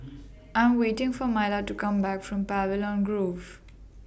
I Am waiting For Myla to Come Back from Pavilion Grove